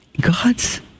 God's